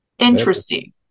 Interesting